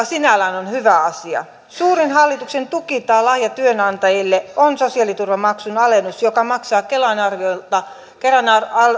sinällään on hyvä asia suurin hallituksen lahja työnantajille on sosiaaliturvamaksun alennus joka maksaa kelan arvion kelan